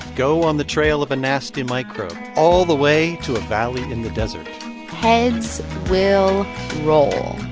go on the trail of a nasty microbe all the way to a valley in the desert heads will roll